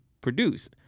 produce